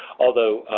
although,